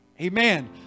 Amen